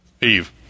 Eve